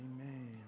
Amen